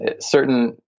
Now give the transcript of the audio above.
certain